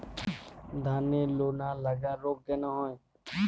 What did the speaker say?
ধানের লোনা লাগা রোগ কেন হয়?